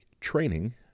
training